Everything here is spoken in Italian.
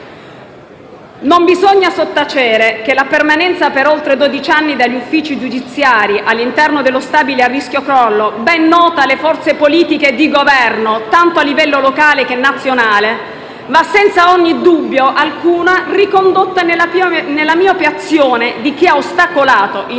Non bisogna sottacere che la permanenza per oltre dodici anni degli uffici giudiziari all'interno dello stabile a rischio crollo, ben nota alle forze politiche di governo a livello sia locale, che nazionale, va senza dubbio alcuno ricondotta nella miope azione di chi ha ostacolato in ogni modo la